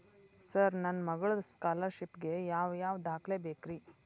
Sir ನನ್ನ ಮಗ್ಳದ scholarship ಗೇ ಯಾವ್ ಯಾವ ದಾಖಲೆ ಬೇಕ್ರಿ?